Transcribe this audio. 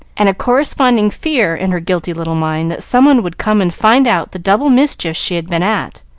and a corresponding fear in her guilty little mind that someone would come and find out the double mischief she had been at.